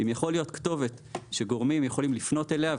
אם יכולה להיות כתובת שגורמים יכולים לפנות אליה,